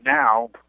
now